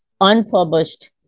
unpublished